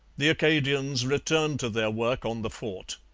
the acadians returned to their work on the fort.